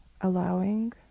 allowing